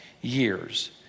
years